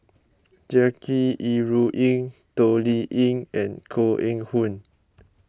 Jackie Yi Ru Ying Toh Liying and Koh Eng Hoon